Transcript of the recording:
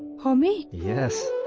ah me? yes